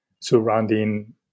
surrounding